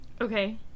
Okay